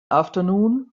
afternoon